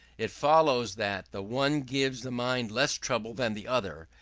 it follows that the one gives the mind less trouble than the other,